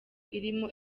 irimo